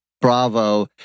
Bravo